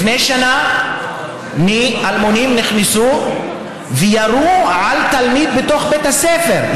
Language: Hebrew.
לפני שנה אלמונים נכנסו וירו בתלמיד בתוך בית הספר,